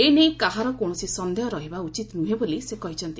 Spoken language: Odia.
ଏ ନେଇ କାହାର କୌଣସି ସନ୍ଦେହ ରହିବା ଉଚିତ ନୁହେଁ ବୋଲି ସେ କହିଛନ୍ତି